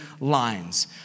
lines